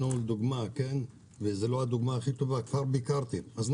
לדוגמה וזאת לא הדוגמה הכי טובה "כבר ביקרתי" אז,